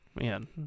Man